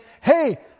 hey